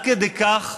עד כדי כך